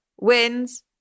wins